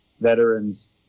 veterans